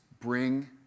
Bring